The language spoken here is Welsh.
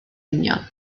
union